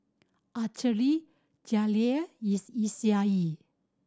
Alterly Jaleel Eg